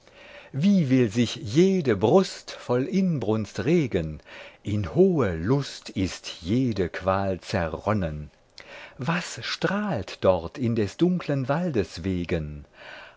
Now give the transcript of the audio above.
wie will sich jede brust voll inbrunst regen in hohe lust ist jede qual zerronnen was strahlt dort in des dunklen waldes wegen